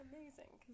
Amazing